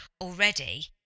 already